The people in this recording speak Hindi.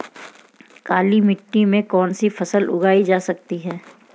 काली मिट्टी में कौनसी फसल उगाई जा सकती है?